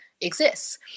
exists